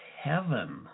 heaven